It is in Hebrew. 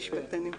המשפטנים.